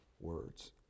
words